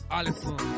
Allison